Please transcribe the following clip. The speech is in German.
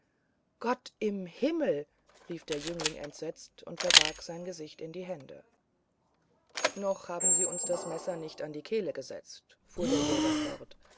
gott im himmel rief der jüngling entsetzt und verbarg sein gesicht in die hände noch haben sie uns das messer nicht an die kehle gesetzt fuhr der jäger fort